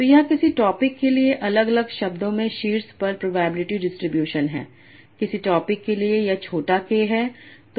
तो यह किसी टॉपिक के लिए अलग अलग शब्दों में शीर्ष पर प्रोबेबिलिटी डिस्ट्रीब्यूशन है किसी टॉपिक के लिए यह छोटा k है